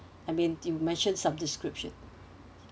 I mean you mention some description